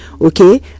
Okay